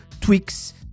tweaks